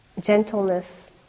gentleness